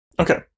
Okay